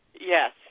Yes